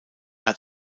hat